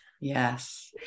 Yes